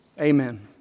amen